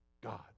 God